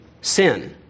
sin